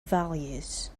values